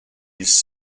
his